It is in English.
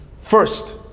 first